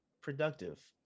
productive